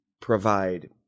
provide